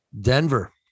Denver